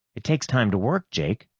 it takes time to work, jake.